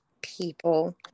people